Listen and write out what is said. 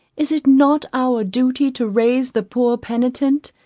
is it not our duty to raise the poor penitent,